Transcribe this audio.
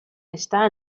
está